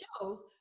shows